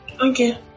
okay